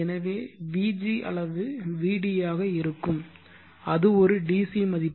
எனவே vg அளவு vd ஆக இருக்கும் அது ஒரு dc மதிப்பு